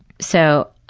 so,